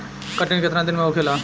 कटनी केतना दिन में होखेला?